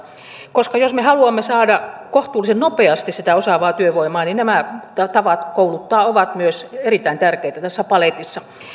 koska jos me haluamme saada kohtuullisen nopeasti sitä osaavaa työvoimaa niin nämä tavat kouluttaa ovat myös erittäin tärkeitä tässä paletissa